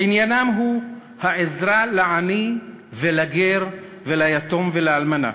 עניינם הוא העזרה לעני ולגר, ליתום ולאלמנה.